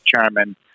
Chairman